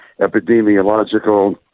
epidemiological